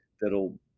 that'll